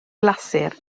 glasur